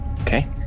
okay